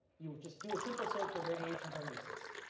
you would just do a simple search for radiation hormesis.